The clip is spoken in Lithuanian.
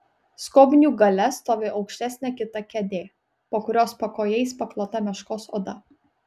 skobnių gale stovi aukštesnė kita kėdė po kurios pakojais paklota meškos oda